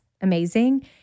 amazing